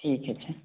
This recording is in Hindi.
ठीक है ठीक